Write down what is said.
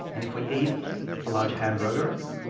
and if we eat a large hamburger,